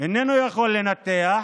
איננו יכול לנתח,